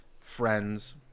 friends